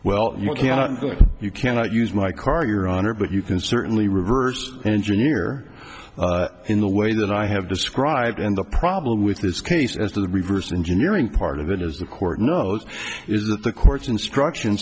well you cannot you cannot use my car your honor but you can certainly reverse engineer in the way that i have described and the problem with this case as the reverse engineering part of it is the court knows is that the court's instruction